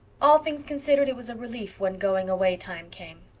all things considered, it was a relief when going-away time came.